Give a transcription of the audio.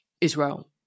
Israel